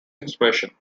inspiration